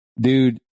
Dude